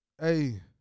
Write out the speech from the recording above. hey